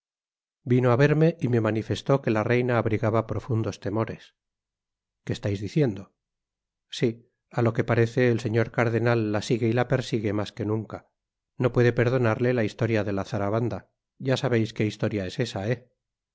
vino á verme y me manifestó que la reina abrigaba profundos temores que estais diciendo si a lo que parece el señor cardenal la sigue y la persigue mas que nunca no puede perdonarle la historia de la zarabanda ya sabeis que historia es esa eh